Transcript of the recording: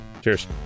cheers